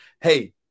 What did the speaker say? hey